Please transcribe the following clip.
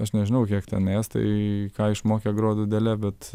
aš nežinau kiek ten estai ką išmokė grot dūdele bet